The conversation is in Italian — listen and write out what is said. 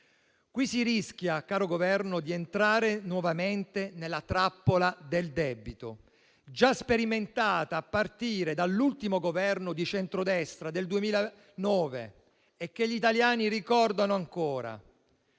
Qui si rischia, caro Governo, di entrare nuovamente nella trappola del debito, già sperimentata a partire dall'ultimo Governo di centrodestra del 2009 e che gli italiani ricordano ancora.